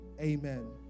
amen